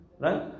right